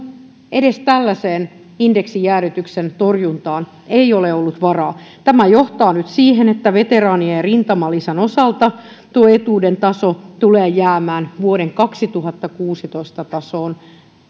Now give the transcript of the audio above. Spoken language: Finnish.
edes tällaiseen indeksijäädytyksen torjuntaan ei ole ollut varaa tämä johtaa nyt siihen että veteraanien rintamalisän osalta tuo etuuden taso tulee jäämään vuoden kaksituhattakuusitoista tasoon